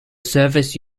service